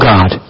God